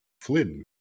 Flynn